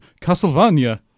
Castlevania